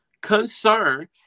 concern